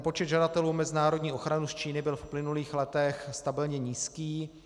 Počet žadatelů o mezinárodní ochranu z Číny byl v uplynulých letech stabilně nízký.